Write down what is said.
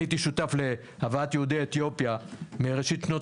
אני הייתי שותף להבאת יהודי אתיופיה מראשית שנות